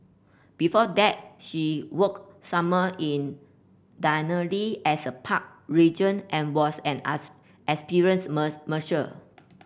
before that she worked summer in Denali as a park ranger and was an experienced musher